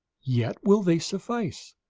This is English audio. yet will they suffice,